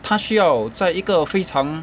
他需要在一个非常